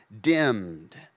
dimmed